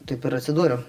taip ir atsidūriau